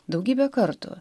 daugybę kartų